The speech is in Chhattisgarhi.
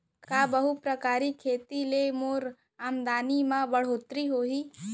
का बहुप्रकारिय खेती से मोर आमदनी म बढ़होत्तरी होही?